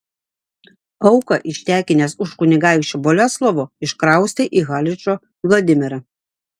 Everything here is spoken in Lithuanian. auką ištekinęs už kunigaikščio boleslovo iškraustė į haličo vladimirą